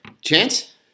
Chance